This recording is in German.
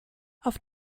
auf